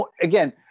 again